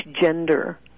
gender